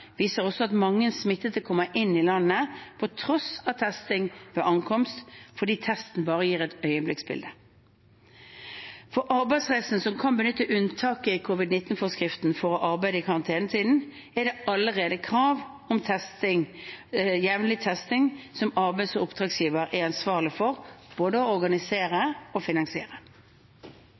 viser også at mange smittede kommer inn i landet på tross av testing ved ankomst, fordi testen bare gir et øyeblikksbilde. For arbeidsreisende som kan benytte unntak i covid-19-forskriften for å arbeide i karantenetiden, er det allerede krav om jevnlig testing, noe arbeids- eller oppdragsgiveren er ansvarlig for både å organisere og finansiere.